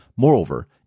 Moreover